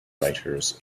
writers